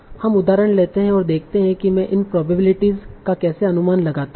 हम उदाहरण लेते हैं और देखते हैं कि मैं इन प्रोबेबिलिटीस का कैसे अनुमान लगाता हूं